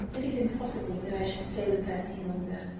it is impossible that i should stay with her any longer.